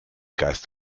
geist